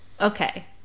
Okay